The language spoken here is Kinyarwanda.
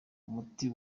umuti